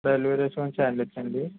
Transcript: deliveries and charges అండి